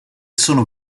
sono